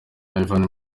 yvan